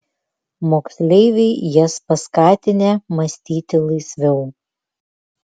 moksleiviai jas paskatinę mąstyti laisviau